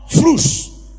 fruits